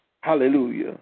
Hallelujah